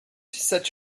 such